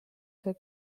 see